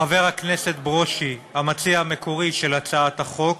חבר הכנסת ברושי, המציע המקורי של הצעת החוק,